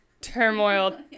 turmoil